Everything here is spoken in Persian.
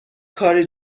کاری